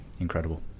incredible